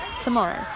tomorrow